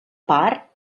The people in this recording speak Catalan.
part